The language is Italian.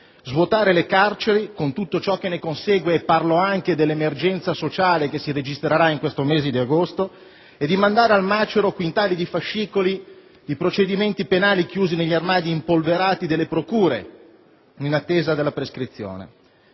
svuotare le carceri, con tutto ciò che ne consegue (e parlo anche dell'emergenza sociale che si registrerà nel mese di agosto), e di mandare al macero quintali di fascicoli di procedimenti penali chiusi negli armadi impolverati delle procure, in attesa della prescrizione.